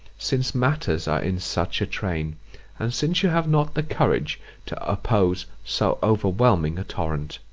since matters are in such a train and since you have not the courage to oppose so overwhelming a torrent?